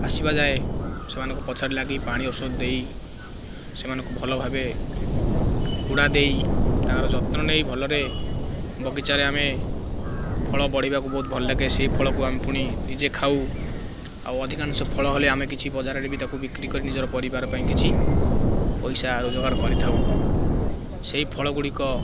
ଆସିବା ଯାଏ ସେମାନଙ୍କୁ ପଛରେ ଲାଗି ପାଣି ଔଷଧ ଦେଇ ସେମାନଙ୍କୁ ଭଲ ଭାବେ କୁଡ଼ା ଦେଇ ତାଙ୍କର ଯତ୍ନ ନେଇ ଭଲରେ ବଗିଚାରେ ଆମେ ଫଳ ବଢ଼ିବାକୁ ବହୁତ ଭଲ ଲାଗେ ସେଇ ଫଳକୁ ଆମେ ପୁଣି ନିଜେ ଖାଉ ଆଉ ଅଧିକାଂଶ ଫଳ ହେଲେ ଆମେ କିଛି ବଜାରରେ ବି ତାକୁ ବିକ୍ରି କରି ନିଜର ପରିବାର ପାଇଁ କିଛି ପଇସା ରୋଜଗାର କରିଥାଉ ସେଇ ଫଳ ଗୁଡ଼ିକ